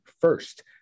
first